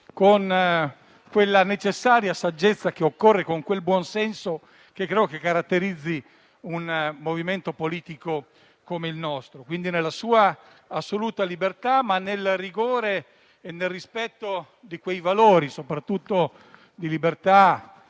con quella necessaria saggezza che occorre e con quel buon senso che credo caratterizzi un movimento politico come il nostro: quindi nella sua assoluta libertà, ma nel rigore e nel rispetto di quei valori, soprattutto di libertà